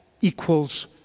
equals